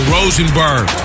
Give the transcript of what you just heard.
Rosenberg